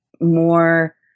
more